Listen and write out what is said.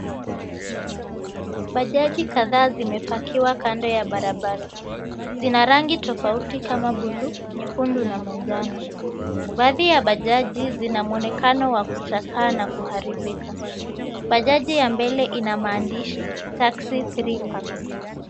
Bajaji kadhaa zimepakiwa kando ya barabara. Zina rangi tofauti kama buluu, nyekundu na manjano. Baadhi ya bajaji zina muonekano wa kuchakaa na kuharibika. Bajaji ya mbele ina maandishi, Taxi Three Parks .